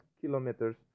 kilometers